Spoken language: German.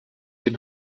den